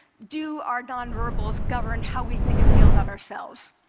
do our nonverbals govern how we think and feel about ourselves?